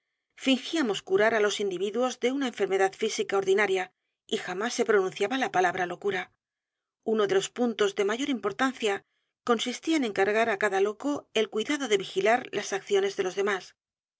s curar á los individuos de una enfermedad física ordinaria y j a m á s se pronunciaba la palabra locura uno de los puntos de mayor importancia consistía en e n c a r g a r á c a d a loco el cuidado de vigilar las acciones de los demás